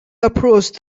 approached